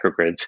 microgrids